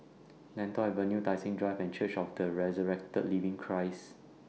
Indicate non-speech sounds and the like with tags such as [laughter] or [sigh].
[noise] Lentor Avenue Tai Seng Drive and Church of The Resurrected Living Christ